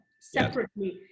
separately